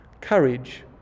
Courage